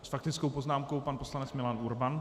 S faktickou poznámkou pan poslanec Milan Urban.